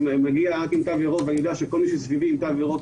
מגיע רק עם תו ירוק ואני יודע שכל מי שמסביבי הוא עם תו ירוק,